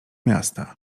miasta